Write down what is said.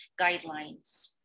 guidelines